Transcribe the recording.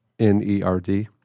Nerd